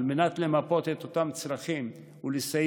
על מנת למפות את אותם צרכים ולסייע